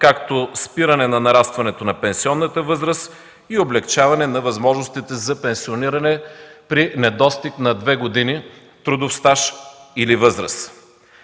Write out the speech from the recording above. както спиране на нарастването на пенсионната възраст и облекчаване на възможностите за пенсиониране при недостиг на две години трудов стаж или възраст.